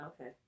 Okay